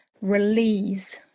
release